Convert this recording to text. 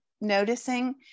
noticing